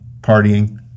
partying